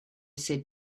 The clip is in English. said